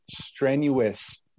strenuous